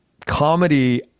comedy